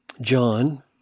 John